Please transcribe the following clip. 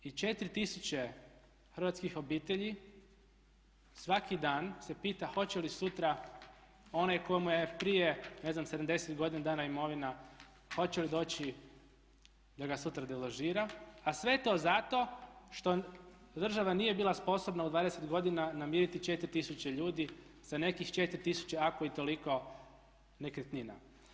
I 4000 hrvatskih obitelji svaki dan se pita hoće li sutra onaj tko mu je prije ne znam 70 godina dana imovina hoće li doći da ga sutra deložira, a sve to zato što država nije bila sposobna u 20 godina namiriti 4000 ljudi za nekih 4000 ako i toliko nekretnina.